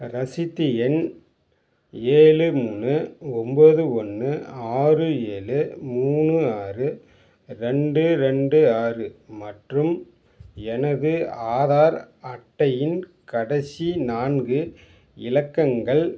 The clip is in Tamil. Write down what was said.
ரசீது எண் ஏழு மூணு ஒன்போது ஒன்று ஆறு ஏழு மூணு ஆறு ரெண்டு ரெண்டு ஆறு மற்றும் எனது ஆதார் அட்டையின் கடைசி நான்கு இலக்கங்கள்